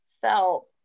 felt